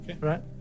Right